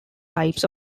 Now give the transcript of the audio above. types